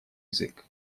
язык